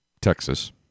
Texas